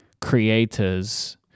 creators